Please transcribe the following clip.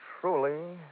truly